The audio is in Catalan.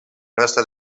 resta